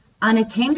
unattended